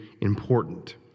important